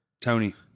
Tony